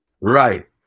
right